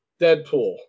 Deadpool